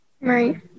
Right